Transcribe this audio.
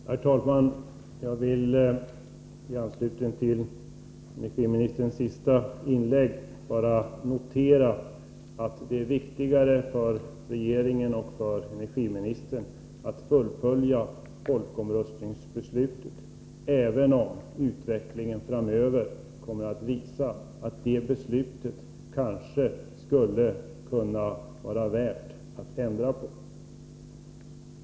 Herr talman! Jag vill i anslutning till energiministerns senaste inlägg bara notera att det är viktigare för regeringen och energiministern att fullfölja folkomröstningsbeslutet — även om utvecklingen framöver kommer att visa att det beslutet kanske vore värt att ändra på.